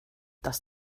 dass